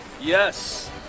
yes